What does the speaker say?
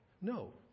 No